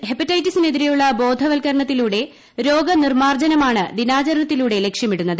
ഹെപ്പറ്റൈറ്റിസിനെതിരെയുള്ള ബോധവൽക്കരണത്തിലൂടെ രോഗനിർമ്മാർജ്ജനമാണ് ദിനാചരണത്തിലൂടെ ലക്ഷ്യമിടുന്നത്